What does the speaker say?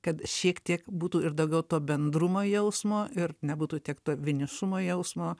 kad šiek tiek būtų ir daugiau to bendrumo jausmo ir nebūtų tiek to vienišumo jausmo